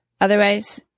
Otherwise